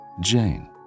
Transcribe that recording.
Jane